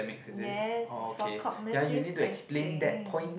yes it's for cognitive testing